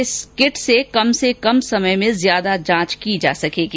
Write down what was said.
इस किट से कम समय में ज्यादा जांच की जा सकेगी